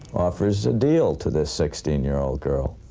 offers a deal to this sixteen year old girl.